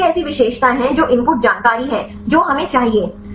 तो कौन सी ऐसी विशेषताएं हैं जो इनपुट जानकारी हैं जो हमें चाहिए